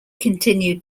continued